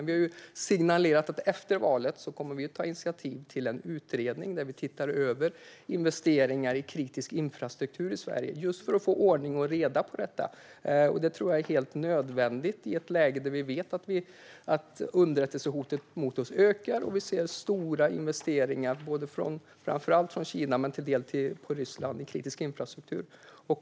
Vi har dock signalerat att vi efter valet kommer att ta initiativ till en utredning där vi tittar över investeringar i kritisk infrastruktur i Sverige, just för att få ordning och reda på detta. Det tror jag är helt nödvändigt i ett läge där vi vet att underrättelsehotet mot oss ökar och vi ser stora investeringar, framför allt från Kina men även från Ryssland, i kritisk infrastruktur.